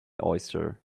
oyster